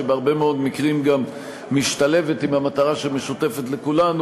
ובהרבה מאוד מקרים גם משתלבת במטרה שמשותפת לכולנו.